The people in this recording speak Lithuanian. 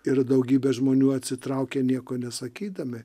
ir daugybė žmonių atsitraukia nieko nesakydami